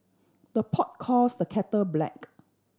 the pot calls the kettle black